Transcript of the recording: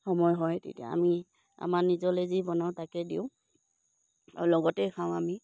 সময় হয় তেতিয়া আমি আমাৰ নিজলৈ যি বনাওঁ তাকে দিওঁ আৰু লগতে খাওঁ আমি